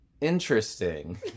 Interesting